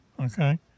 Okay